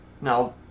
Now